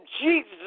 Jesus